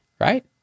right